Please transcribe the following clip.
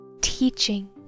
teaching